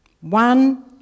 One